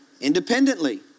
independently